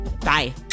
Bye